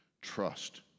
trust